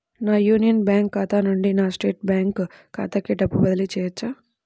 నా యూనియన్ బ్యాంక్ ఖాతా నుండి నా స్టేట్ బ్యాంకు ఖాతాకి డబ్బు బదిలి చేయవచ్చా?